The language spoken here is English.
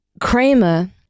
Kramer